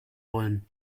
wollen